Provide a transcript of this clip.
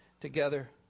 together